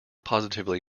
positively